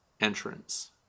entrance